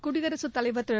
குடியரசுத் தலைவர் திரு